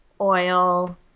oil